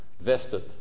vested